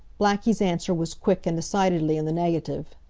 blackie's answer was quick and decidedly in the negative.